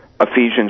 Ephesians